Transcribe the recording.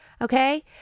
Okay